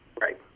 Right